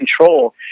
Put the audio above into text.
control